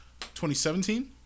2017